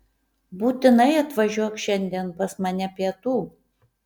būtinai atvažiuok šiandien pas mane pietų